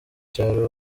cyaro